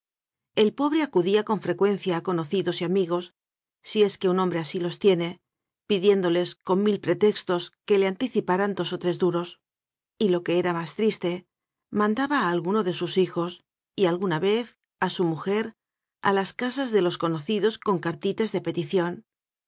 el pobre acudía con frecuencia a conocidos y amigos si es que un hombre así los tiene pidiéndoles con mil pretextos que le anticiparan dos o tres duros y lo que era más triste mandaba a alguno de sus hijos y alguna vez a su mujer a las casas de los conocidos con cartitas de petición